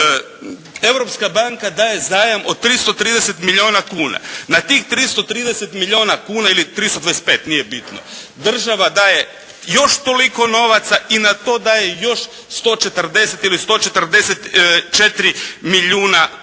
Europska banka daje zajam od 330 milijuna kuna, na tih 330 milijuna kuna ili 325 nije bitno, država daje još toliko novaca i na to daje još 140 ili 144 milijuna kuna.